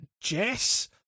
Jess